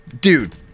dude